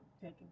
taking